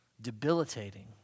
debilitating